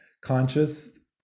conscious